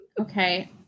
Okay